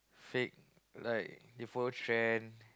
fake like they follows trend